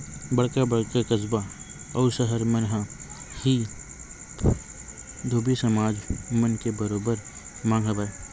बड़का बड़का कस्बा अउ सहर मन म ही धोबी समाज मन के बरोबर मांग हवय